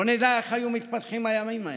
לא נדע איך היו מתפתחים הימים ההם.